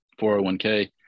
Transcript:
401k